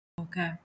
Okay